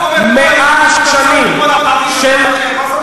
מה זאת אומרת כל היהודים בצד אחד וכל הערבים בצד אחר?